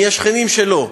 מי השכנים שלו,